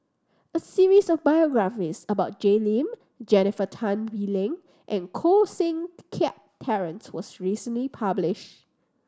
a series of biographies about Jay Lim Jennifer Tan Bee Leng and Koh Seng Kiat Terence was recently publish